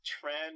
trend